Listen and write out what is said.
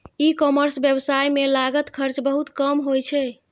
ई commerce व्यवसाय मे लागत खर्च बहुत कम होइ छै